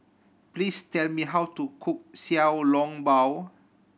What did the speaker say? please tell me how to cook Xiao Long Bao